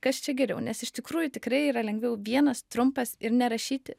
kas čia geriau nes iš tikrųjų tikrai yra lengviau vienas trumpas ir nerašyti